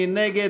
מי נגד?